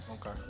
Okay